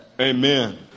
Amen